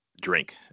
drink